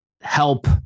help